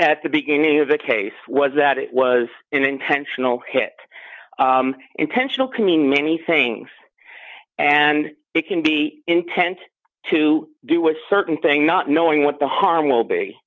at the beginning of the case was that it was an intentional hit intentional coming many things and it can be intent to do a certain thing not knowing what the harm will be